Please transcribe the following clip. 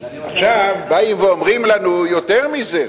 עכשיו באים ואומרים לנו יותר מזה,